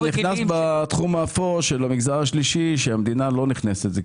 בתחום האפור של המגזר השלישי שהמדינה לא נכנסת אליו.